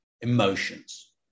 emotions